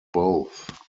both